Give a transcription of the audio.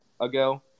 ago